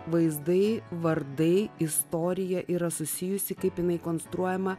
vaizdai vardai istorija yra susijusi kaip jinai konstruojama